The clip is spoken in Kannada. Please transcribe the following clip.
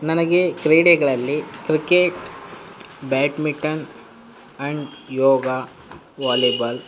ನನಗೆ ಕ್ರೀಡೆಗಳಲ್ಲಿ cricket badminton and yoga volleyball